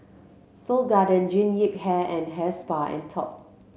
Seoul Garden Jean Yip Hair and Hair Spa and Top